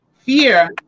Fear